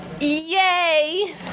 Yay